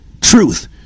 truth